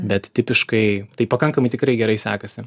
bet tipiškai tai pakankamai tikrai gerai sekasi